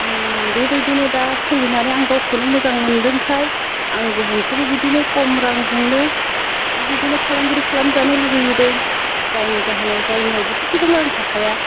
आं बेबायदिनो दा सोलिनानै आं गावखौनो मोजां मोन्दोंखाय आं गुबुनखोबो बिदिनो खम रांजोंनो बेबायदिनो फालांगिरि खालामजानो लुबैदों जायनि जाहोनाव जायनियावबोथ' गोबां रां थाखाया